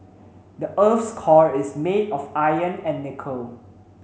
the earth's core is made of iron and nickel